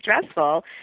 stressful